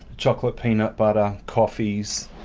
chocolate, peanut butter, coffees.